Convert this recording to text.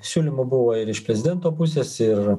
siūlymų buvo ir iš prezidento pusės ir